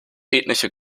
ethnische